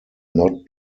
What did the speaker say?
not